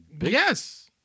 Yes